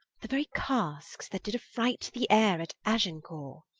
the very caskes that did affright the ayre at agincourt?